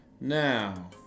Now